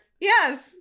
Yes